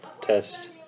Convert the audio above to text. test